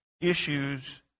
issues